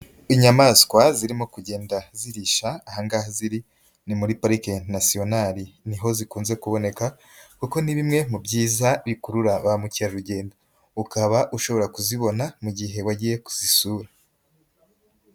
Inyamaswa zirimo kugenda zirisha, aha ngaha ziri ni muri parike nasiyonali ni ho zikunze kuboneka kuko ni bimwe mu byiza bikurura ba mukerarugendo, ukaba ushobora kuzibona mu gihe wagiye kuzisura.